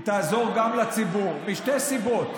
היא תעזור גם לציבור, משתי סיבות.